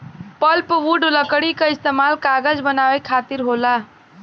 pulpwood लकड़ी क इस्तेमाल कागज बनावे खातिर होला